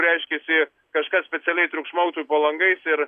reiškiasi kažkas specialiai triukšmautų po langais ir